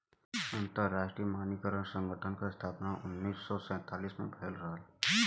अंतरराष्ट्रीय मानकीकरण संगठन क स्थापना उन्नीस सौ सैंतालीस में भयल रहल